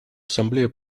ассамблея